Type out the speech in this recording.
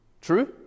True